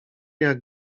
jak